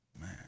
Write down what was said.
Man